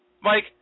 Mike